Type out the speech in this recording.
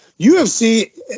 UFC